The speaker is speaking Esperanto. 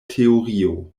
teorio